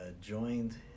joined